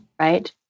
Right